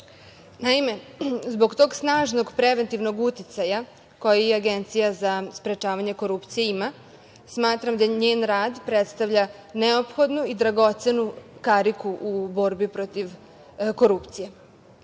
aktima. Naime, zbog tog snažnog preventivnog uticaja koji Agencija za sprečavanje korupcije ima, smatram da njen rad predstavlja neophodnu i dragocenu kariku u borbi protiv korupcije.Međutim,